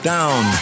Down